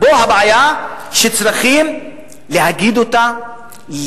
פה הבעיה שצריכים להגיד אותה,